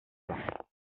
pas